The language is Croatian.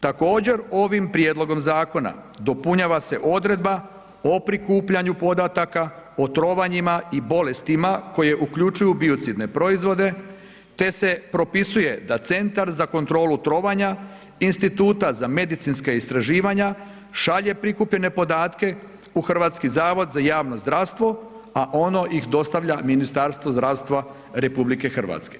Također ovim prijedlogom zakona dopunjava se odredba o prikupljanju podataka, o trovanjima i bolestima koje uključuju biocidne proizvode te se propisuje da centar za kontrolu trovana Instituta za medicinska istraživanja šalje prikupljene podatke u HZJZ, a ono ih dostavlja Ministarstvu zdravstva RH.